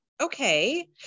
Okay